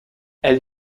elle